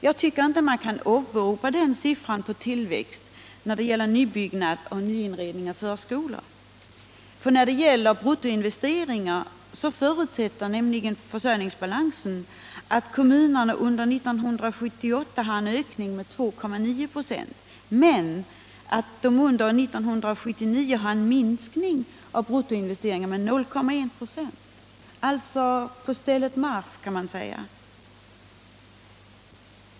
Jag tycker inte man kan åberopa den siffran på tillväxten när det gäller nybyggnad och nyinredning av förskolor. När det gäller bruttoinvesteringar förutsätter nämligen försörjningsbalansen att kommunerna under 1978 ökar med 2,9 ?6, men att de under 1979 minskar bruttoinvesteringarna med 0,1 96 — alltså på stället marsch.